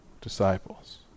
disciples